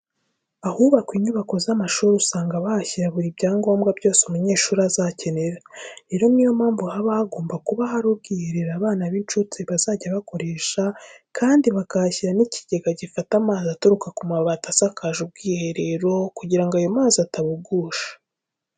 Ahubakwa inyubako z'amashuri usanga bahashyira buri byangombwa byose umunyeshuri azakenera. Rero ni yo mpamvu haba hagomba kuba hari ubwiherero abana b'incuke bazajya bakoresha kandi bakahashyira n'ikigega gifata amazi aturuka ku mabati asakaje ubwo bwiherero kugira ngo ayo mazi atabugusha.